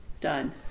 done